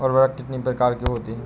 उर्वरक कितनी प्रकार के होता हैं?